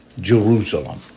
Jerusalem